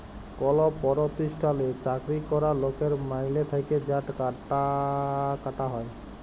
call পরতিষ্ঠালে চাকরি ক্যরা লকের মাইলে থ্যাকে যা টাকা কাটা হ্যয়